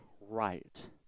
right